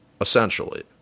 essentially